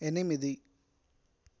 ఎనిమిది